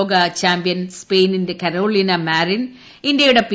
ലോക ചാമ്പ്യൻ സ്പെയിനിന്റെ Carolina Marin ഇന്ത്യയുടെ പി